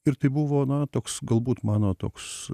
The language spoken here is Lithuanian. ir tai buvo na toks galbūt mano toks